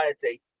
society